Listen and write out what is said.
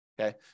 okay